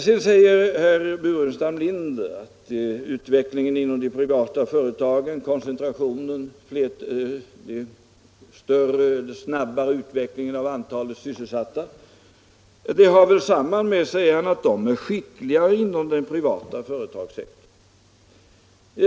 Sedan säger herr Burenstam Linder att koncentrationen inom de privata företagen lett till en snabbare utveckling och ett större antal sysselsatta. Detta, säger han, hör samman med att man är skickligare inom den privata företagssektorn.